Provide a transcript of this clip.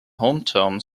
hometown